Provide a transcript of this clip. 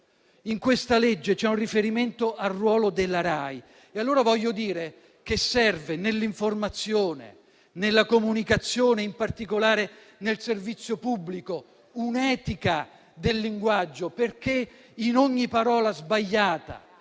In questa legge c'è un riferimento al ruolo della Rai. Allora, io voglio dire che serve, nell'informazione, nella comunicazione, in particolare nel servizio pubblico, un'etica del linguaggio, perché in ogni parola sbagliata,